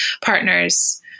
partners